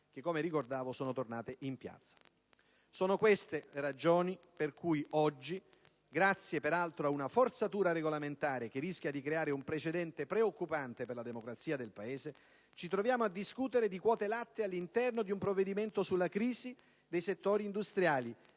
che - come ricordavo - sono ritornate in piazza. Sono queste le ragioni per cui oggi, grazie peraltro ad una forzatura regolamentare che rischia di creare un precedente preoccupante per la democrazia del Paese, ci troviamo a discutere di quote-latte all'interno di un provvedimento sulla crisi dei settori industriali